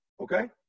Okay